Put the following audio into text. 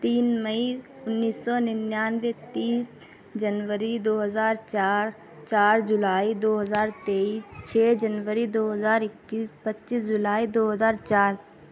تین مئی انیس سو ننناوے تیس جنوری دو ہزار چار چار جولائی دو ہزار تئیس چھ جنوری دو ہزار اکیس پچیس جولائی دو ہزار چار